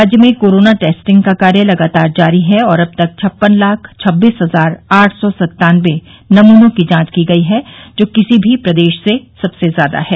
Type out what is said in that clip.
राज्य में corona testing का कार्य लगातार जारी है और अब तक छप्पन लाख छब्बीस हजार आठ सौ सन्तानबे नमूनों की जांच की गई है जो कि किसी भी प्रदेश से सबसे ज्यादा है